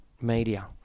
media